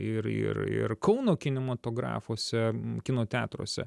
ir ir ir kauno kinematografuose kino teatruose